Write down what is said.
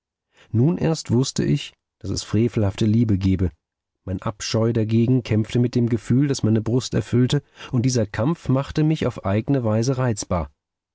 nun erst wußte ich daß es frevelhafte liebe gebe mein abscheu dagegen kämpfte mit dem gefühl das meine brust erfüllte und dieser kampf machte mich auf eigne weise reizbar